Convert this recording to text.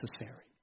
necessary